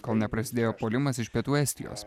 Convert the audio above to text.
kol neprasidėjo puolimas iš pietų estijos